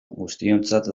guztiontzat